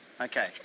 Okay